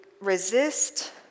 resist